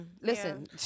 Listen